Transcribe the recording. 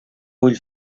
vull